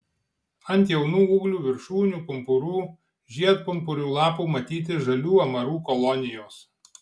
ant jaunų ūglių viršūnių pumpurų žiedpumpurių lapų matyti žalių amarų kolonijos